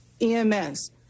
EMS